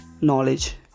Knowledge